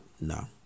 No